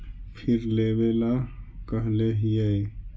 फिर लेवेला कहले हियै?